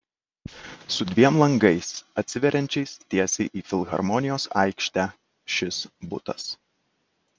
su dviem langais atsiveriančiais tiesiai į filharmonijos aikštę šis butas